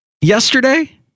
yesterday